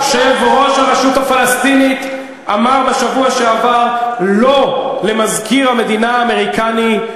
יושב-ראש הרשות הפלסטינית אמר בשבוע שעבר "לא" למזכיר המדינה האמריקני.